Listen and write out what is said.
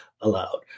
allowed